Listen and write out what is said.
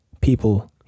people